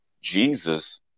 Jesus